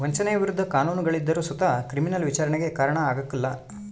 ವಂಚನೆಯ ವಿರುದ್ಧ ಕಾನೂನುಗಳಿದ್ದರು ಸುತ ಕ್ರಿಮಿನಲ್ ವಿಚಾರಣೆಗೆ ಕಾರಣ ಆಗ್ಕಲ